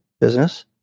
business